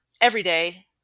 everyday